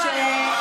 אוי,